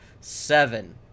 seven